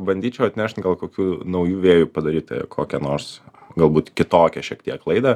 bandyčiau atnešt gal kokių naujų vėjų padaryt tai kokią nors galbūt kitokią šiek tiek laidą